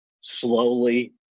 slowly